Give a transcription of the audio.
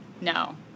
No